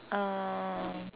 uh